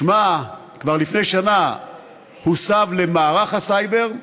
שמה הוסב למערך הסייבר,